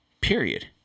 Period